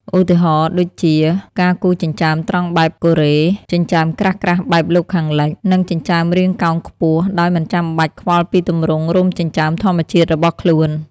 ឧទាហរណ៍ដូចជា ការគូរចិញ្ចើមត្រង់បែបកូរ៉េ ចិញ្ចើមក្រាស់ៗបែបលោកខាងលិច និងចិញ្ចើមរាងកោងខ្ពស់ ដោយមិនចាំបាច់ខ្វល់ពីទម្រង់រោមចិញ្ចើមធម្មជាតិរបស់ខ្លួន។